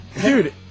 Dude